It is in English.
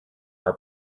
are